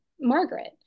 Margaret